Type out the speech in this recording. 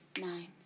nine